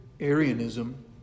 Arianism